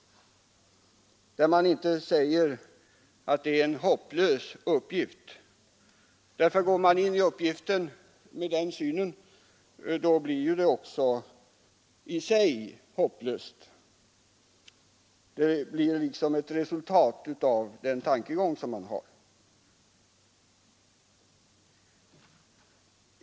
Man skall inte säga att det är en hopplös uppgift. Går man in i uppgiften med den synen blir den också hopplös. Det blir ett resultat av den inställning som man har.